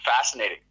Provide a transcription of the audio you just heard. fascinating